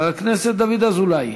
חבר הכנסת דוד אזולאי.